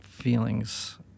feelings